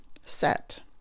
set